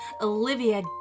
Olivia